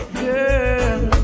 girl